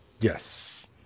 Yes